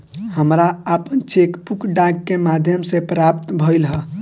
हमरा आपन cheque book डाक के माध्यम से प्राप्त भइल ह